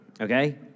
Okay